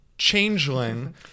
Changeling